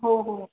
हो हो